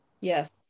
Yes